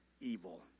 evil